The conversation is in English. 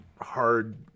hard